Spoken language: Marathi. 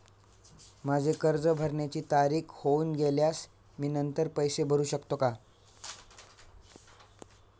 माझे कर्ज भरण्याची तारीख होऊन गेल्यास मी नंतर पैसे भरू शकतो का?